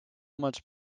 much